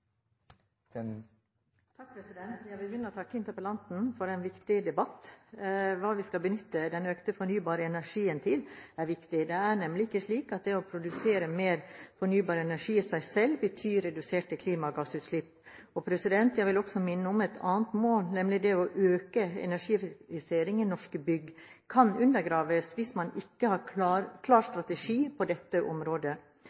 for en viktig debatt. Hva vi skal benytte den økte fornybare energien til, er viktig. Det er nemlig ikke slik at det å produsere mer fornybar energi i seg selv betyr reduserte klimagassutslipp. Jeg vil også minne om at et annet mål, nemlig det å øke energieffektiviteten i norske bygg, kan undergraves hvis man ikke har en klar